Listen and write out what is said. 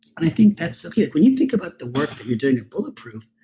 i think that's. okay, when you think about the work that you're doing at bulletproof,